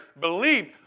believed